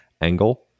angle